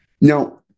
Now